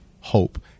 hope